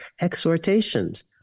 exhortations